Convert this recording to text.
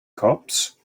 cops